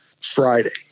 Friday